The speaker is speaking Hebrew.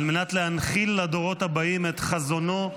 על מנת להנחיל לדורות הבאים את חזונו,